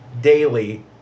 daily